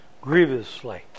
grievously